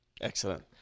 Excellent